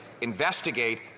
investigate